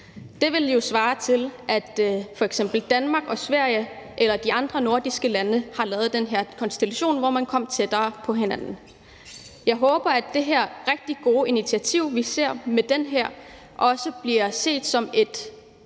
Det vil jo svare til, at f.eks. Danmark og Sverige eller de andre nordiske lande har lavet den her konstellation, hvor man kom tættere på hinanden. Jeg håber, at det her rigtig gode initiativ, vi ser med det her, også bliver set på den